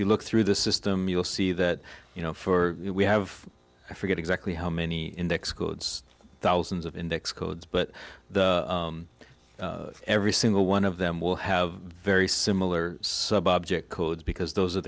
you look through the system you'll see that you know for we have i forget exactly how many index goods thousands of index codes but every single one of them will have very similar subject codes because those are